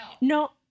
No